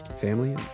family